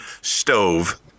stove